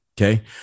Okay